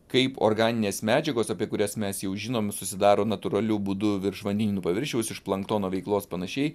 kaip organinės medžiagos apie kurias mes jau žinome susidaro natūraliu būdu virš vandenynų paviršiaus iš planktono veiklos panašiai